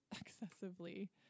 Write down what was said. excessively